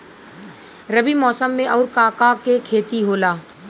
रबी मौसम में आऊर का का के खेती होला?